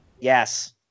Yes